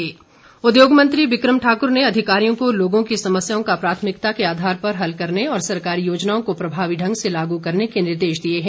बिक्रम ठाक्र उद्योगमंत्री बिक्रम ठाक्र ने अधिकारियों को लोगों की समस्याओं का प्राथमिकता के आधार पर हल करने और सरकारी योजनाओं को प्रभावी ढंग से लागू करने के निर्देश दिए हैं